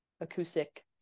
acoustic